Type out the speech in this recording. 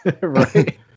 Right